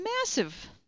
massive